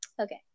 Okay